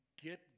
get